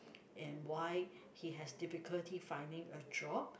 and why he has difficulty finding a job